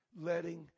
letting